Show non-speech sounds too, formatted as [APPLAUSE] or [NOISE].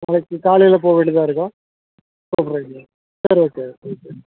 நாளைக்கு காலையில் போக வேண்டியதாக இருக்கும் [UNINTELLIGIBLE] சரி ஓகே [UNINTELLIGIBLE]